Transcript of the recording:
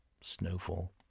snowfall